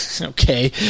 Okay